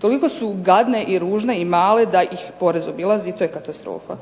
Toliko su gadne i ružne i male da ih porez obilazi i to je katastrofa.